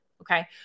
Okay